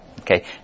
Okay